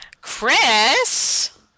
Chris